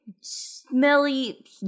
smelly